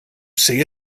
say